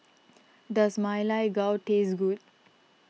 does Ma Lai Gao taste good